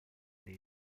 this